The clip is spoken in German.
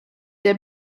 der